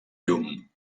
llum